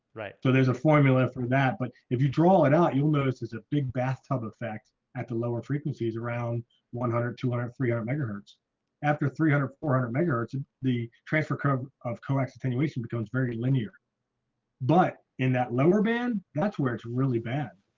right? so there's a formula for that but if you draw it out you'll notice it's a big bathtub effect at the lower frequencies around one hundred two hundred three hundred megahertz after three hundred four hundred megahertz, and the transfer curve of coax attenuation becomes very linear but in that lower band, that's where it's really bad.